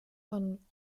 von